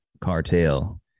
cartel